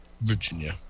Virginia